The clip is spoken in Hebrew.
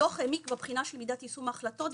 הדו"ח העמיק בבחינה של מידת יישום ההחלטות,